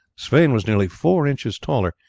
sweyn was nearly four inches taller,